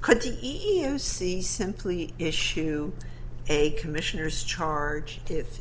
could even see simply issue a commissioner's charge i